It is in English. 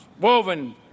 woven